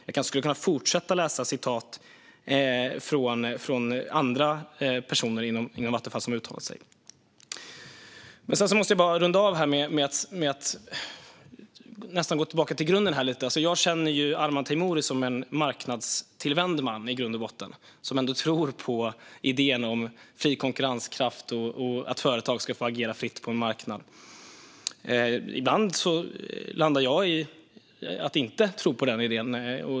Jag kanske skulle kunna fortsätta att läsa citat från andra personer inom Vattenfall som har uttalat sig. Jag måste runda av med att nästan gå tillbaka lite till grunden. Jag känner Arman Teimouri som en i grund och botten marknadstillvänd man, som tror på idén om fri konkurrens och att företag ska få agera fritt på en marknad. Ibland landar jag i att inte tro på den idén.